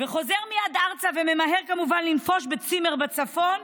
חוזר מייד ארצה וממהר כמובן לנפוש בצימר בצפון.